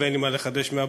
ואין לי מה לחדש מהבוקר,